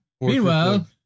Meanwhile